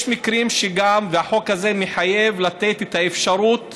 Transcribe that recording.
יש מקרים, החוק הזה מחייב לתת את האפשרות